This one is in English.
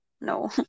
No